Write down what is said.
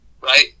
right